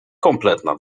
kompletna